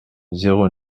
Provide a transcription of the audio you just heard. zéro